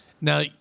Now